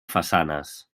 façanes